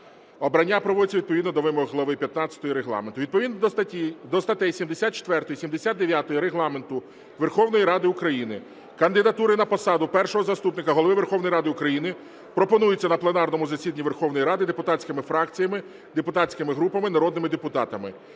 Обрання проводиться відповідно до вимог глави 15 Регламенту. Відповідно до статей 74, 79 Регламенту Верховної Ради України кандидатури на посаду Першого заступника Голови Верховної Ради України пропонуються на пленарному засіданні Верховної Ради депутатськими фракціями, депутатськими групами, народними депутатами.